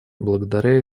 благодаря